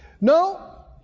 No